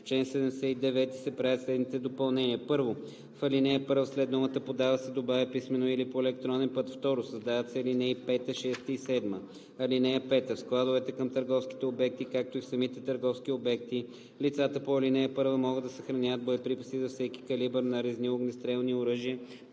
В чл. 79 се правят следните допълнения: 1. В ал. 1 след думата „подава“ се добавя „писмено или по електронен път“. 2. Създават се ал. 5, 6 и 7: „(5) В складовете към търговските обекти, както и в самите търговски обекти, лицата по ал. 1 могат да съхраняват боеприпаси за всеки калибър нарезни огнестрелни оръжия,